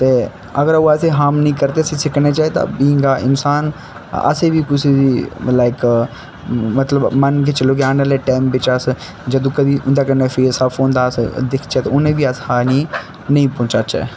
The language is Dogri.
ते अगर ओह् असें गी हार्म नेईं करदे असें सिक्खना चाहिदा बींग इंसान असें बी कुसै गी लाइक मतलब मन बिच्च चलो आने आह्ले टाइम बिच्च अस जदूं कदीं उं'दे कन्नै फेस आफ होंदा ऐ अस दिक्खचै उ'नेंगी बी अस हानि नेईं पहुंचाचै